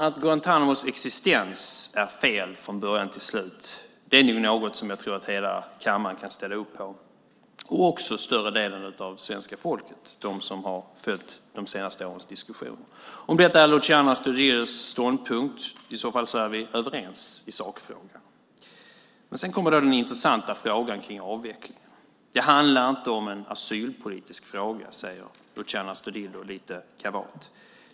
Att Guantánamos existens är fel från början till slut är något som jag tror att hela kammaren kan ställa upp på, liksom större delen av svenska folket som har följt de senaste årens diskussion. Om detta är Luciano Astudillos ståndpunkt är vi överens i sakfrågan. Sedan kommer den intressanta frågan om avvecklingen. Det handlar inte om en asylpolitisk fråga, säger Luciano Astudillo lite kavat.